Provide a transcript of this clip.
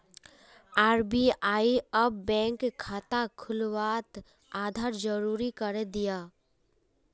RBI अब bank खाता खुलवात आधार ज़रूरी करे दियाः